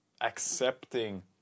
Accepting